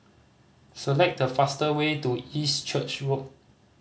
select the fast way to East Church Road